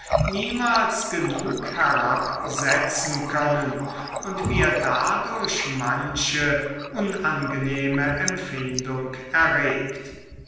niemals genug herabsetzen können und mir dadurch manche unangenehme empfindung erregt